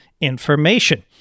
information